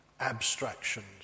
abstractions